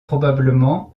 probablement